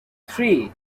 three